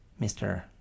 Mr